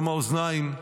גם האוזניים,